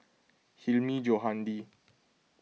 Hilmi Johandi